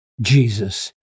Jesus